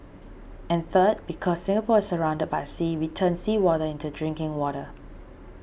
and third because Singapore is surrounded by sea we turn seawater into drinking water